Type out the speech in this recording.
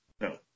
No